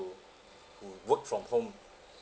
who work from home